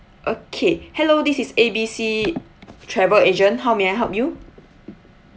okay hello this is A B C travel agent how may I help you